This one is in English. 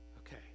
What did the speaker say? Okay